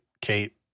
Kate